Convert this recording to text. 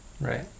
right